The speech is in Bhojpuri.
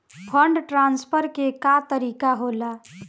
फंडट्रांसफर के का तरीका होला?